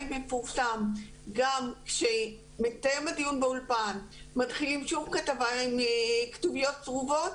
מפורסם גם כשמסתיים הדיון באולפן מתחילה שוב כתבה עם כתוביות צרובות,